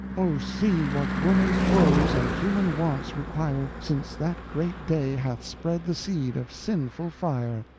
oh, see what woman's woes and human wants require, since that great day hath spread the seed of sinful fire.